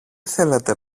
θέλετε